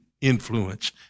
influence